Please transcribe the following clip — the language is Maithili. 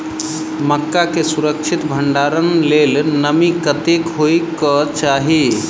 मक्का केँ सुरक्षित भण्डारण लेल नमी कतेक होइ कऽ चाहि?